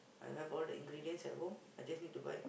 I have all the ingredients at home I just need to buy